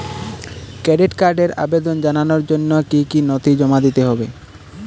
Credit কার্ডের আবেদন জানানোর জন্য কী কী নথি জমা দিতে হবে?